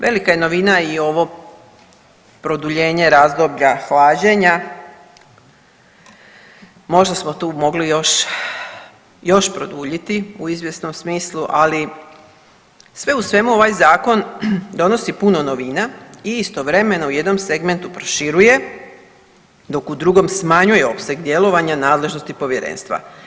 Velika je novina i ovo produljenje razdoblja hlađenja, možda smo tu mogli još, još produljiti u izvjesnom smislu, ali sve u svemu ovaj zakon donosi puno novina i istovremeno u jednom segmentu proširuje dok u drugom smanjuje opseg djelovanja nadležnosti povjerenstva.